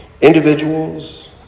individuals